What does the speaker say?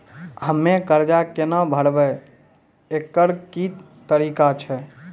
हम्मय कर्जा केना भरबै, एकरऽ की तरीका छै?